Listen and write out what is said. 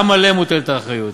גם עליהן מוטלת האחריות,